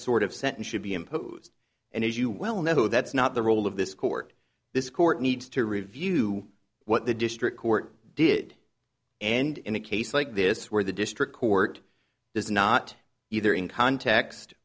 sort of sentence should be imposed and as you well know that's not the role of this court this court needs to review what the district court did and in a case like this where the district court does not either in context